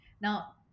Now